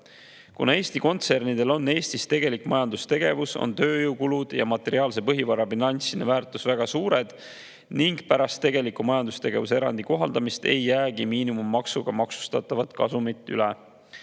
Kuna Eesti kontsernidel on tegelik majandustegevus Eestis ning tööjõukulud ja materiaalse põhivara bilansiline väärtus on väga suured, siis pärast tegeliku majandustegevuse erandi kohaldamist ei jäägi miinimummaksuga maksustatavat kasumit üle.